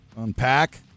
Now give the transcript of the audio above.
Unpack